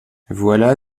voilà